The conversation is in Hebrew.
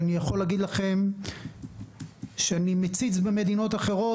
אני יכול להגיד לכם שאני מציץ במדינות אחרות,